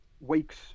weeks